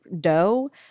dough